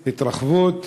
התרחבות.